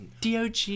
DOG